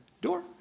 door